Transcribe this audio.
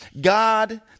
God